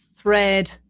thread